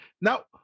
Now